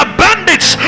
bandits